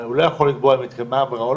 הרי הוא לא יכול לקבוע אם התקיימה עבירה או